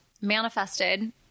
manifested